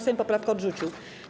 Sejm poprawkę odrzucił.